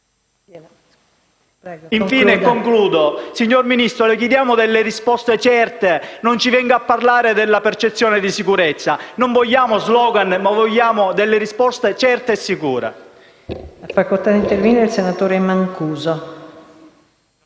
In conclusione, signor Ministro, le chiediamo risposte certe. Non ci venga a parlare della percezione di sicurezza. Non vogliamo *slogan*. Vogliamo risposte certe e sicure.